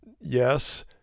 yes